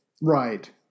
Right